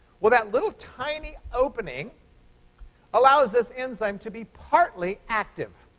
well, that little tiny opening allows this enzyme to be partly active.